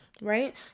right